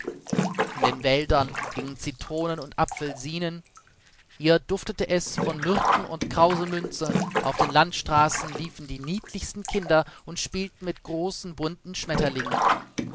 in den wäldern hingen citronen und apfelsinen hier duftete es von myrten und krausemünze auf den landstraßen liefen die niedlichsten kinder und spielten mit großen bunten schmetterlingen